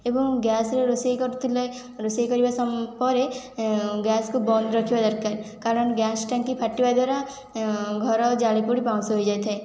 ଏବଂ ଗ୍ୟାସରେ ରୋଷେଇ କରୁଥିଲେ ରୋଷେଇ କରିବା ସମ ପରେ ଗ୍ୟାସ୍ କୁ ବନ୍ଦ କରିବା ଦରକାର କାରଣ ଗ୍ୟାସ୍ ଟାଙ୍କି ଫାଟିବା ଦ୍ୱାରା ଘର ଜାଳି ପୋଡ଼ି ପାଉଁଶ ହୋଇଯାଇଥାଏ